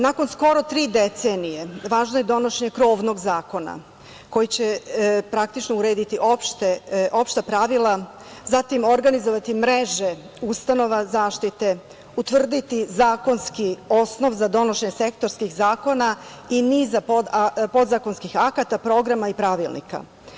Nakon skoro tri decenije važno je donošenje krovnog zakona koji će praktično urediti opšta pravila, zatim organizovati mreže ustanova zaštite, utvrditi zakonski osnov za donošenje sektorskih zakona i niza podzakonskih akata, programa i pravilnika.